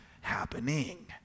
happening